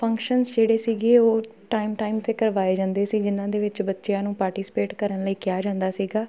function ਜਿਹੜੇ ਸੀਗੇ ਉਹ ਟਾਈਮ ਟਾਈਮ 'ਤੇ ਕਰਵਾਏ ਜਾਂਦੇ ਸੀ ਜਿਨ੍ਹਾਂ ਦੇ ਵਿੱਚ ਬੱਚਿਆਂ ਨੂੰ ਪਾਰਟੀਸਪੇਟ ਕਰਨ ਲਈ ਕਿਹਾ ਜਾਂਦਾ ਸੀਗਾ